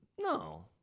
No